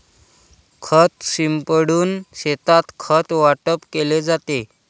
खत शिंपडून शेतात खत वाटप केले जाते